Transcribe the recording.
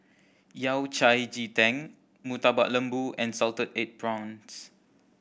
Yao Cai ji tang Murtabak Lembu and salted egg prawns